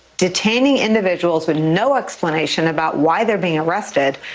detaining individuals with no explanation about why they're being arrested,